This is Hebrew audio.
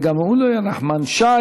ואם גם הוא לא יהיה, נחמן שי.